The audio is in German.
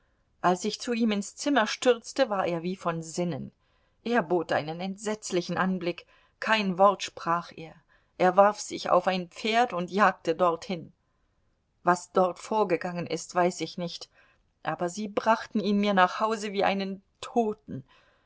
als ich zu ihm ins zimmer stürzte war er wie von sinnen er bot einen entsetzlichen anblick kein wort sprach er er warf sich auf ein pferd und jagte dorthin was dort vorgegangen ist weiß ich nicht aber sie brachten ihn mir nach hause wie einen toten